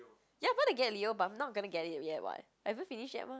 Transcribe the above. ya I'm gonna get a Leo but I'm not gonna get it yet [what] I haven't finish yet mah